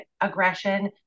aggression